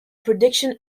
prediction